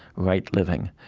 right-living.